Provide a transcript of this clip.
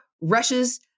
rushes